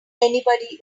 anybody